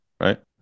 right